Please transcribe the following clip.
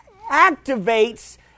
activates